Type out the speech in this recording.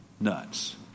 nuts